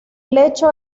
lecho